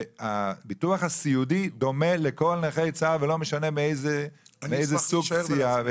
שהביטוח הסיעודי דומה לכל נכי צה"ל ולא משנה מאיזה סוג הפציעה.